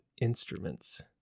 instruments